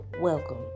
welcome